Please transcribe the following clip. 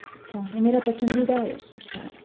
اچھا یہ میرا پسندیدہ ہے اچھا